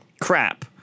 crap